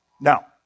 Now